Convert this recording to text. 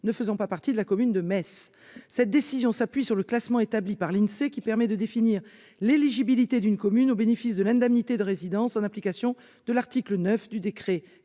ne faisant pas partie de la commune de Metz. Cette décision s'appuie sur le classement établi par l'Insee, qui permet de définir l'éligibilité d'une commune au bénéfice de l'indemnité de résidence, en application de l'article 9 du décret